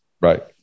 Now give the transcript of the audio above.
Right